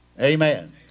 Amen